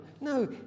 No